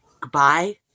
Goodbye